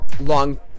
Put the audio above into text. long